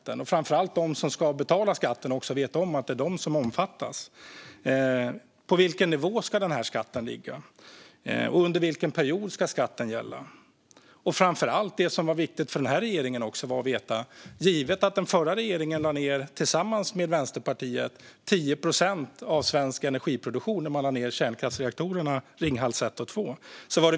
Det gäller framför allt att de som ska betala skatten vet om att det är de som omfattas. På vilken nivå ska skatten ligga, och under vilken period ska skatten gälla? Det som framför allt var viktigt för den här regeringen var att veta hur det skulle påverka elproduktionen i Sverige, givet att den förra regeringen tillsammans med Vänsterpartiet lade ned 10 procent av svensk energiproduktion när man lade ned kärnkraftsreaktorerna Ringhals 1 och 2.